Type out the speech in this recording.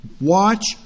watch